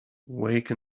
wake